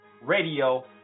radio